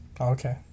Okay